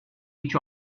each